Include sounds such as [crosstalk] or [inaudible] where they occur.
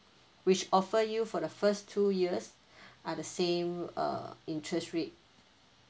which offer you for the first two years [breath] are the same uh interest rate